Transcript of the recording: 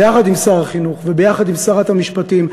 ביחד עם שר החינוך וביחד עם שרת המשפטים,